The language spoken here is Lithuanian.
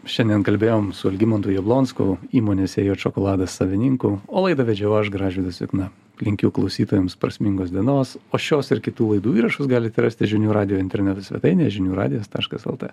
šiandien kalbėjom su algimantu jablonsku įmonės ėjot šokoladas savininku o laidą vedžiau aš gražvydas jukna linkiu klausytojams prasmingos dienos o šios ir kitų laidų įrašus galite rasti žinių radijo interneto svetainėj žinių radijas taškas lt